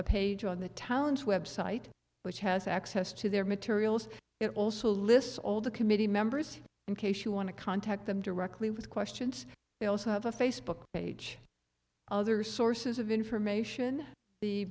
a page on the talons website which has access to their materials it also lists all the committee members in case you want to contact them directly with questions they also have a facebook page other sources of information the